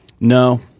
No